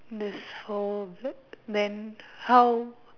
this whole vet then how